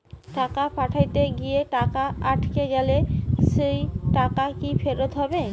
টাকা পাঠাতে গিয়ে টাকা আটকে গেলে সেই টাকা কি ফেরত হবে?